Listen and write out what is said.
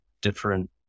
different